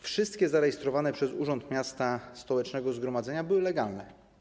Wszystkie zarejestrowane przez Urząd Miasta Stołecznego Warszawy zgromadzenia były legalne.